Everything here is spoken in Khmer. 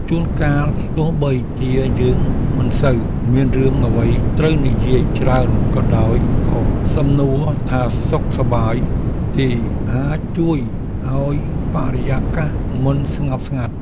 ជួនកាលទោះបីជាយើងមិនសូវមានរឿងអ្វីត្រូវនិយាយច្រើនក៏ដោយក៏សំណួរថាសុខសប្បាយទេអាចជួយឱ្យបរិយាកាសមិនស្ងប់ស្ងាត់។